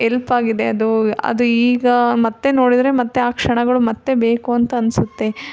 help ಆಗಿದೆ ಅದು ಅದು ಈಗ ಮತ್ತೆ ನೋಡಿದರೆ ಮತ್ತೆ ಆ ಕ್ಷಣಗಳು ಮತ್ತೆ ಬೇಕು ಅಂತ ಅನಿಸುತ್ತೆ